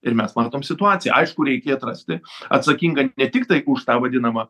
ir mes matom situaciją aišku reikia atrasti atsakingą ne tiktai už tą vadinamą